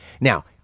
Now